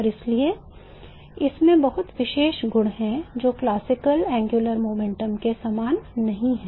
और इसलिए इसमें बहुत विशेष गुण हैं जो क्लासिकल कोणीय गति के समान नहीं हैं